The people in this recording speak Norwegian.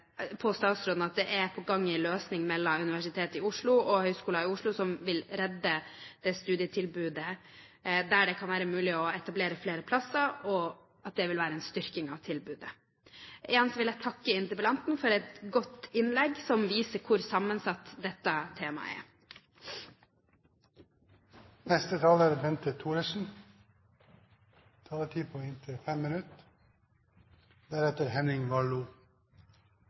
statsråden at det er på gang en løsning mellom Universitetet i Oslo og Høgskolen i Oslo som vil redde det studietilbudet, der det kan være mulig å etablere flere plasser, og at det vil være en styrking av tilbudet. Igjen vil jeg takke interpellanten for et godt innlegg, som viser hvor sammensatt dette temaet er.